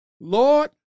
Lord